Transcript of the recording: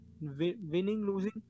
winning-losing